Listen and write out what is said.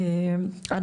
שנייה.